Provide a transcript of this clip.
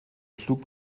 flug